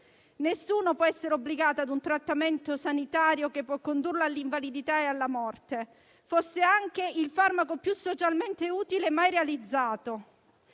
nessuno può essere obbligato a un trattamento sanitario che può condurlo all'invalidità e alla morte, fosse anche il farmaco più socialmente utile mai realizzato,